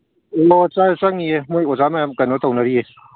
ꯆꯪꯉꯤꯌꯦ ꯃꯣꯏ ꯑꯣꯖꯥ ꯃꯌꯥꯝ ꯀꯩꯅꯣ ꯇꯧꯅꯔꯤꯌꯦ